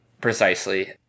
Precisely